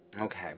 Okay